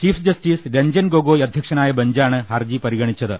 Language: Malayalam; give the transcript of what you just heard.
ചീഫ് ജസ്റ്റിസ് രഞ്ജൻ ഗൊഗോയ് അധ്യ ക്ഷനായ ബഞ്ചാണ് ഹർജി പരിഗണിച്ചത്